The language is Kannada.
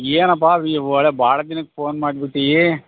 ಏನಪ್ಪ ವಿ ಒಳ್ಳೆ ಭಾಳ ದಿನಕ್ಕೆ ಫೋನ್ ಮಾಡ್ಬಿಟ್ಟೆ